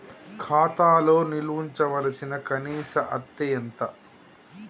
ఖాతా లో నిల్వుంచవలసిన కనీస అత్తే ఎంత?